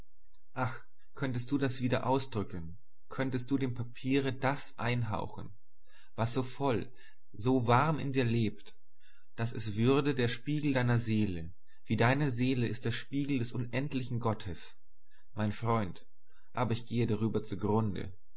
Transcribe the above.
ach könntest du das wieder ausdrücken könntest du dem papiere das einhauchen was so voll so warm in dir lebt daß es würde der spiegel deiner seele wie deine seele ist der spiegel des unendlichen gottes mein freund aber ich gehe darüber zugrunde